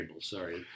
sorry